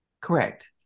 Correct